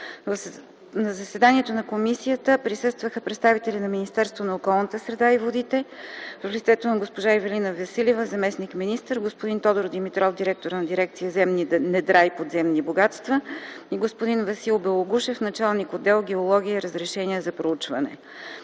На заседанието на комисията присъстваха представители на Министерството на околната среда и водите в лицето на госпожа Ивелина Василева, заместник-министър; господин Тодор Димитров, директор на дирекция „Земни недра и подземни богатства” и господин Васил Белогушев, началник на отдел „Геология и разрешения за проучване”.